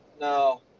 no